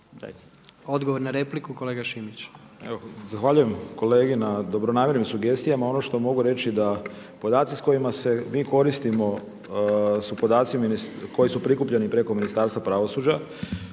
**Šimić, Miroslav (MOST)** Evo zahvaljujem kolegi na dobronamjernim sugestijama. Ono što mogu reći da podaci s kojima se mi koristimo su podaci koji su prikupljeni preko Ministarstva pravosuđa.